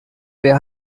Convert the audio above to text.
wer